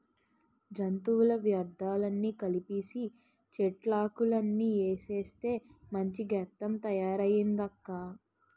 జంతువుల వ్యర్థాలన్నీ కలిపీసీ, చెట్లాకులన్నీ ఏసేస్తే మంచి గెత్తంగా తయారయిందక్కా